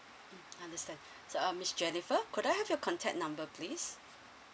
mm understand so um miss jennifer could I have your contact number please